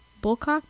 Bullock